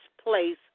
Place